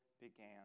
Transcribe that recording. began